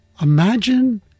imagine